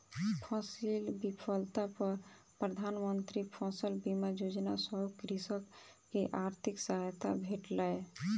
फसील विफलता पर प्रधान मंत्री फसल बीमा योजना सॅ कृषक के आर्थिक सहायता भेटलै